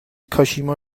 کاشیما